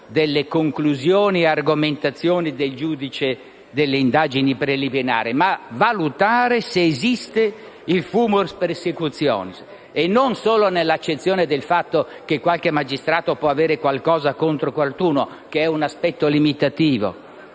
delle conclusioni e argomentazioni del giudice delle indagini preliminari, ma valutare se esiste il *fumus persecutionis*, e non solo nell'accezione del fatto che qualche magistrato può avere qualcosa contro qualcuno, che è un aspetto limitativo